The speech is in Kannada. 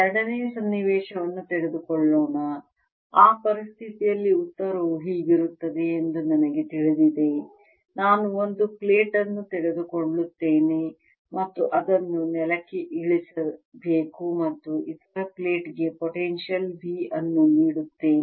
ಎರಡನೆಯ ಸನ್ನಿವೇಶವನ್ನು ತೆಗೆದುಕೊಳ್ಳೋಣ ಆ ಪರಿಸ್ಥಿತಿಯಲ್ಲಿ ಉತ್ತರವು ಹೀಗಿರುತ್ತದೆ ಎಂದು ನನಗೆ ತಿಳಿದಿದೆ ನಾನು ಒಂದು ಪ್ಲೇಟ್ ಅನ್ನು ತೆಗೆದುಕೊಳ್ಳುತ್ತೇನೆ ಮತ್ತು ಅದನ್ನು ನೆಲಕ್ಕೆ ಇಳಿಸಬೇಕು ಮತ್ತು ಇತರ ಪ್ಲೇಟ್ ಗೆ ಪೊಟೆನ್ಶಿಯಲ್ V ಅನ್ನು ನೀಡುತ್ತೇನೆ